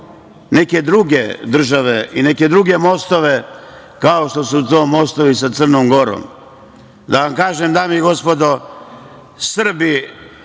neke druge države i neke druge mostove, kao što su to mostovi sa Crnom Gorom. Da vam kažem, dame i gospodo, Srbi